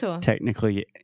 technically